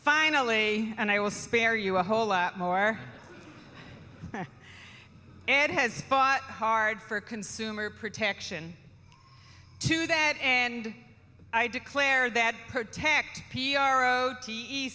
finally and i will spare you a whole lot more and has fought hard for consumer protection to that end i declare that protect p r o t e